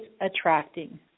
attracting